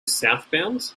southbound